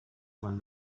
when